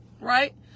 Right